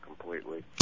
completely